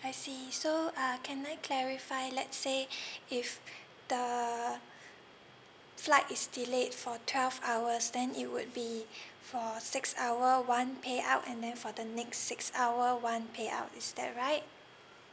I see so uh can I clarify let say if the flight is delayed for twelve hours then it would be for six hour one payout and then for the next six hour one payout is that right